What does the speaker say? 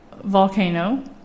volcano